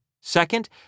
Second